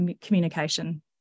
communication